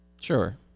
Sure